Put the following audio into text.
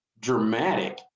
dramatic